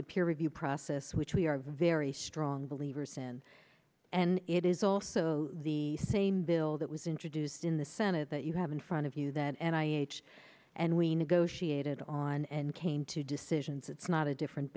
the peer review process which we are very strong believers in and it is also the same bill that was introduced in the senate that you have in front of you that and i h and we negotiated on and came to decisions it's not a different